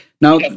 now